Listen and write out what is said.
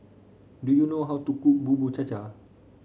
do you know how to cook Bubur Cha Cha